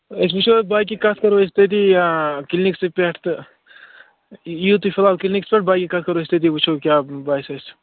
أسۍ وُچھو باقٕے کَتھ کَرو أسۍ تٔتی آ کِلنِکسٕے پٮ۪ٹھ تہٕ یِیِو تُہۍ فِلحال کِلنِکَس پٮ۪ٹھ باقٕے کَتھ کَرو أسۍ تٔتی وُچھو کیٛاہ باسہِ اَسہِ